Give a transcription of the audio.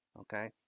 okay